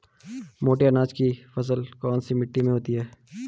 मोटे अनाज की फसल कौन सी मिट्टी में होती है?